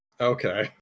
Okay